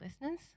listeners